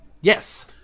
Yes